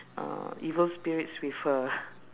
uh evil spirits with her